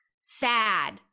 sad